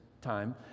time